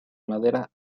madera